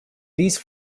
these